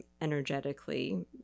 energetically